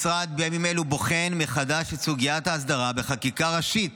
בימים אלה המשרד בוחן מחדש את סוגיית ההסדרה בחקיקה ראשית